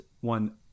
one